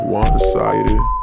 one-sided